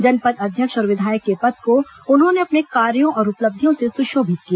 जनपद अध्यक्ष और विधायक के पद को उन्होंने अपने कार्यो और उपलब्धियों से सुशोभित किया